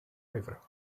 river